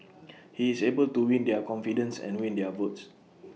he is able to win their confidence and win their votes